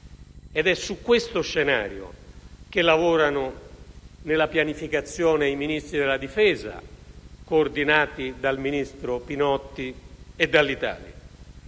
ed è in questo scenario che lavorano, per la pianificazione, i Ministri della difesa, coordinati dal ministro Pinotti e dall'Italia.